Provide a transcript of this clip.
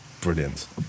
Brilliant